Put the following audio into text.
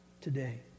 today